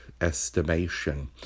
estimation